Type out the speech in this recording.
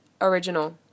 original